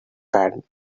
bad